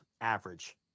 average